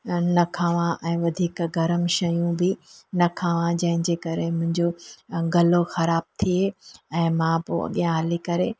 न खावां ऐं वधीक गर्म शयूं बि न खावां जंहिं जे करे मुंहिंजो गलो ख़राबु थिए ऐं मां पोइ अॻियां हली करे